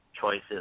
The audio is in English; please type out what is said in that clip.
choices